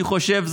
אני חושב,